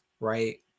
right